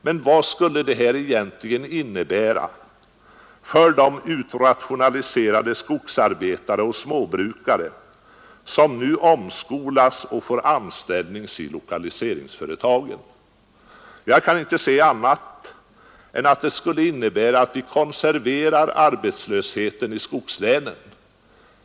Men vad skulle detta egentligen innebära för de utrationaliserade skogsarbetare och småbrukare som nu omskolas till mekaniker, svarvare och svetsare och sedan får anställning i lokaliseringsföretagen? Jag kan inte se annat än att det skulle innebära att vi konserverar arbetslösheten i skogslänen.